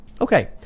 Okay